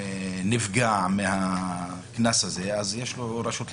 נפגע מהקנס הזה יש לו רשות להתגונן.